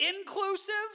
inclusive